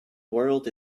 whirled